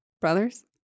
brothers